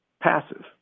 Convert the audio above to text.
passive